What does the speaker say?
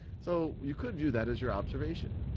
so, you could view that as your observation.